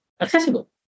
accessible